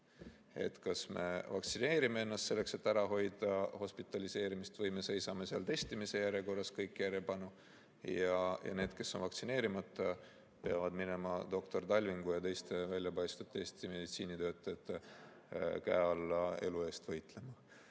me kas vaktsineerime ennast, et ära hoida hospitaliseerimist, või me seisame kõik järjepanu testimise järjekorras ja need, kes on vaktsineerimata, peavad minema doktor Talvingu ja teiste väljapaistvate Eesti meditsiinitöötajate käe alla elu eest võitlema.